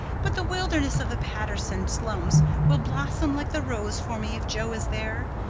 but the wilderness of the patterson slums will blossom like the rose for me if jo is there.